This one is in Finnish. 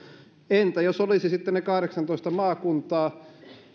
entä jos olisi ne kahdeksantoista maakuntaa